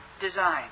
design